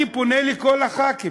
אני פונה לכל חברי הכנסת,